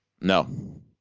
No